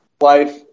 life